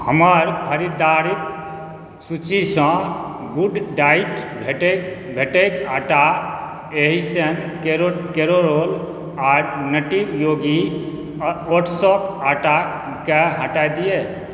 हमर खरीदारीके सूचीसँ गुड डाइट भेटैके आटा एशियन कैसेरोल आओर नट्टी योगी ओट्सके आटाके हटा दिअ